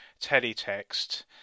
Teletext